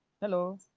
Hello